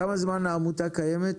כמה זמן העמותה קיימת?